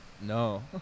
No